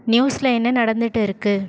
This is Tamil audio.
நியூஸில் என்ன நடந்துகிட்டு இருக்கு